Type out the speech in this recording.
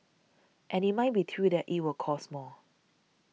and it might be true that it will cost more